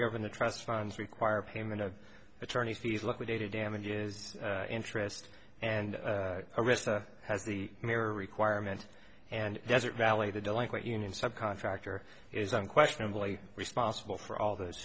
the trust funds require payment of attorney fees liquidated damages interest and a risk has the mayor requirement and desert valley the delinquent union subcontractor is unquestionably responsible for all those